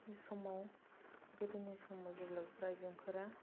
बे समाव गोदोनि समफ्राव बेफोर आइजेंफ्रा